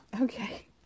Okay